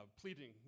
pleading